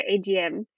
AGM